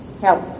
help